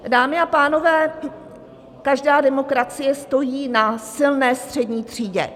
Dámy a pánové, každá demokracie stojí na silné střední třídě.